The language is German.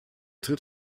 tritt